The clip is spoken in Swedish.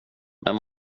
men